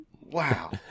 Wow